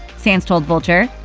sanz told vulture,